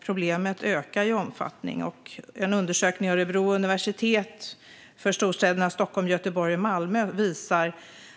Problemet ökar i omfattning; en undersökning vid Örebro universitet gällande storstäderna Stockholm, Göteborg och Malmö visar